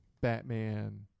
Batman